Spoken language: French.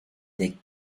des